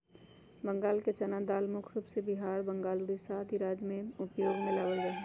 बंगाल चना दाल मुख्य रूप से बिहार, बंगाल, उड़ीसा आदि राज्य में उपयोग में लावल जा हई